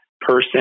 person